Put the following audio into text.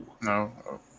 No